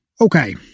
Okay